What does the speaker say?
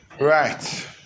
Right